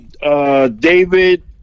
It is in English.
David